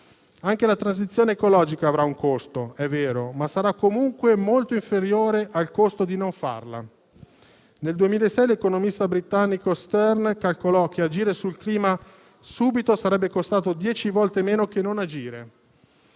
Anche la transizione ecologica avrà un costo, è vero, ma sarà comunque molto inferiore al costo di non farla. Nel 2006 l'economista britannico Stern calcolò che agire sul clima subito sarebbe costato dieci volte meno che non farlo;